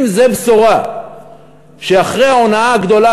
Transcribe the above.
אם זו הבשורה שאחרי ההונאה הגדולה,